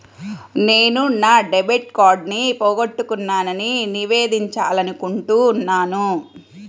నేను నా డెబిట్ కార్డ్ని పోగొట్టుకున్నాని నివేదించాలనుకుంటున్నాను